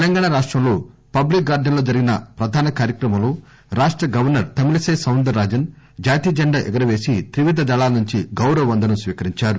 తెలంగాణా రాష్టంలో public gardens లో జరిగిన ప్రధాన కార్యక్రమంలో రాష్ట governor Tamilisai Soundararajan జాతీయ జెండా ఎగురవేసి త్రివిధ దళాల నుంచి గౌరవ వందనం స్క్వీకరించారు